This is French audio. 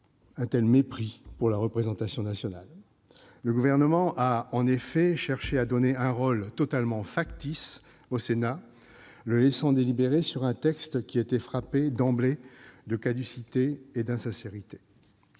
un tel mépris pour la représentation nationale. Le Gouvernement a en effet cherché à donner un rôle totalement factice au Sénat, le laissant délibérer sur un texte frappé d'emblée de caducité et d'insincérité.